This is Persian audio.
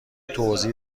توضیح